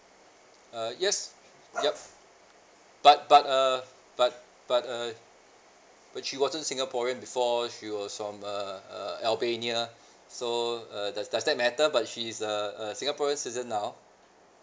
uh yes yup but but err but but err but she wasn't singaporean before she was from err err albania so uh does does that matter but she is a a singaporean citizen now